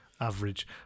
average